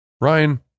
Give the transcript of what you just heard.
Ryan